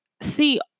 see